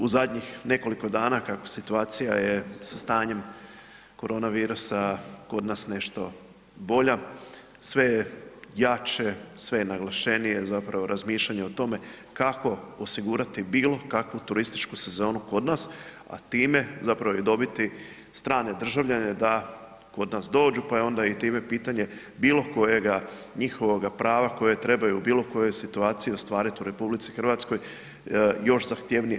Sa, u zadnjih nekoliko dana, kako situacija je sa stanjem koronavirusa kod nas nešto bolja, sve je jače, sve je naglašenije zapravo razmišljanje o tome kako osigurati bilo kakvu turističku sezonu kod nas, a time zapravo i dobiti strane državljane da kod nas dođu pa je onda i time pitanje bilo kojega njihovoga prava koje trebaju u bilo kojoj situaciji ostvariti u RH, još zahtjevnije.